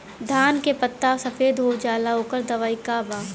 धान के पत्ता सफेद हो जाला ओकर दवाई का बा?